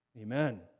Amen